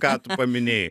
ką tu paminėjai